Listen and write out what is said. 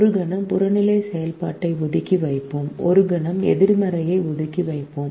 ஒரு கணம் புறநிலை செயல்பாட்டை ஒதுக்கி வைப்போம் ஒரு கணம் எதிர்மறையை ஒதுக்கி வைப்போம்